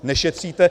Nešetříte.